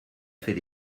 fait